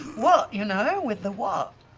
what, you know? with the what?